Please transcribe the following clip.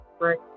Right